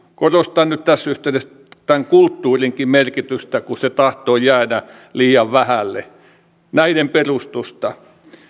korostan nyt tässä yhteydessä tämän kulttuurinkin merkitystä kun se tahtoo jäädä liian vähälle perustusta